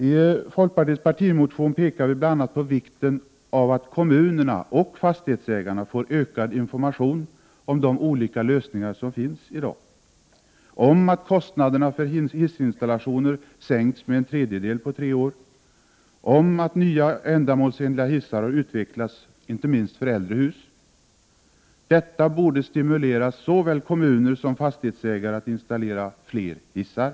I folkpartiets partimotion pekar vi bl.a. på vikten av att kommunerna — och fastighetsägarna — får ökad information om de olika lösningar som finns i dag, om att kostnaderna för hissinstallationer sänkts med en tredjedel på tre år och om att nya och ändamålsenliga hissar utvecklats inte minst för äldre hus. Detta borde stimulera såväl kommuner som fastighetsägare att installera fler hissar.